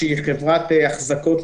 שהיא חברת אחזקות,